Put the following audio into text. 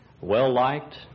well-liked